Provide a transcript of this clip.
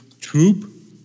troop